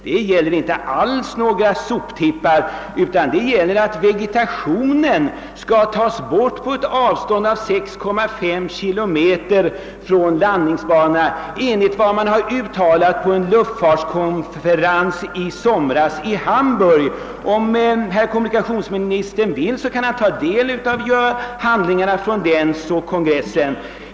Här gäller det inte alls några soptippar, utan det är fråga om att den huvudsakliga vegetationen skall tas bort på ett avstånd upp till 6,5 kilometer från landningsbanorna vid byggande av framtida flygfält, allt enligt vad som uttalades på en luftfartskonferens i Hamburg i somras. Om kommunikationsministern vill kan han få ta del av handlingarna från den konferensen.